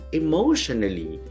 emotionally